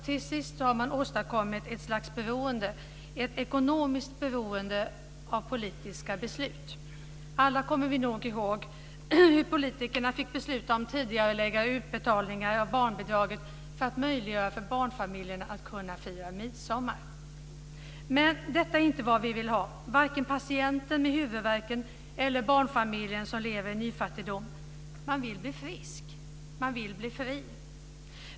Till sist har man åstadkommit ett slags beroende - ett ekonomiskt beroende av politiska beslut. Alla kommer vi nog ihåg hur politikerna fick besluta om att tidigarelägga utbetalningar av barnbidraget för att möjliggöra för barnfamiljerna att fira midsommar. Men detta är inte vad man vill ha, varken patienten med huvudvärk eller barnfamiljen som lever i nyfattigdom. Man vill bli frisk - man vill bli fri.